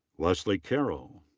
wesleigh carroll.